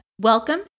Welcome